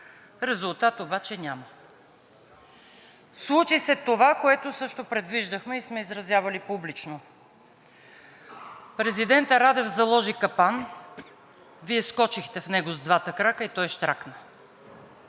резултат обаче няма. Случи се това, което също предвиждахме и сме изразявали публично. Президентът Радев заложи капан, Вие скочихте в него с двата крака и той щракна.